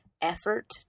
effort